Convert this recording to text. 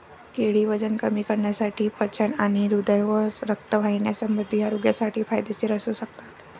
केळी वजन कमी करण्यासाठी, पचन आणि हृदय व रक्तवाहिन्यासंबंधी आरोग्यासाठी फायदेशीर असू शकतात